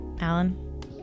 Alan